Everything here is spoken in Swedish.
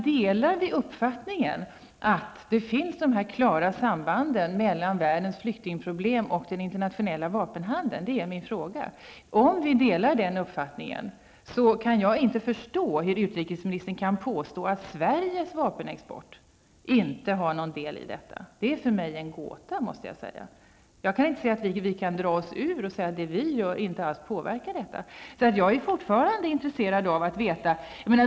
Delar vi uppfattningen att dessa klara samband mellan världens flyktingproblem och den internationella vapenhandeln finns? Det är min fråga. Om vi delar den uppfattningen kan jag inte förstå hur utrikesministern kan påstå att Sveriges vapenexport inte har någon del i detta. Det är för mig en gåta. Vi kan inte dra oss ur och säga att det vi gör inte alls påverkar detta.